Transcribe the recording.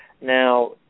Now